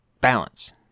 balance